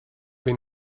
been